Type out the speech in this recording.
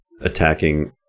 attacking